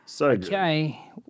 okay